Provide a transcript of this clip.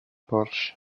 porsche